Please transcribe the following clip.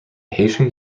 haitian